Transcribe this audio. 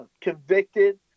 convicted